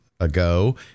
ago